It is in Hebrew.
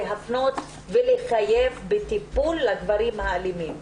להפנות ולחייב בטיפול לגברים אלימים.